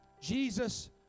Jesus